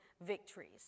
victories